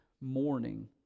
morning